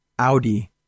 Audi